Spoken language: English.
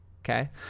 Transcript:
Okay